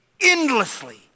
endlessly